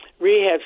rehab